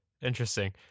Interesting